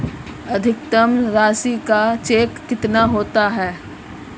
अधिकतम राशि का चेक कितना होता है?